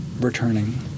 returning